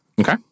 Okay